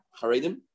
Haredim